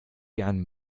gern